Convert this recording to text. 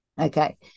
Okay